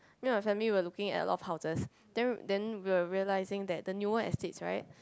me and family were looking at a lot of houses then then we were realising that the newer estates right